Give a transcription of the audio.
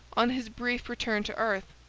on his brief return to earth,